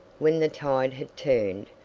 when the tide had turned,